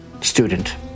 student